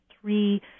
Three